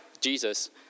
Jesus